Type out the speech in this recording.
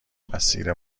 مسیر